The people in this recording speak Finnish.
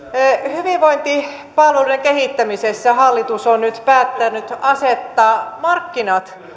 hyvinvointipalveluiden kehittämisessä hallitus on nyt päättänyt asettaa markkinat